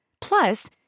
Plus